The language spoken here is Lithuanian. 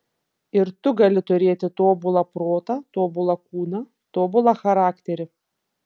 ir tu gali turėti tobulą protą tobulą kūną tobulą charakterį